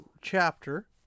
chapter